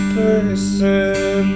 person